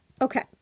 Okay